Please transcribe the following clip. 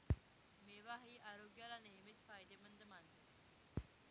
मेवा हाई आरोग्याले नेहमीच फायदेमंद मानतस